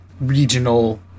regional